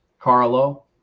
Carlo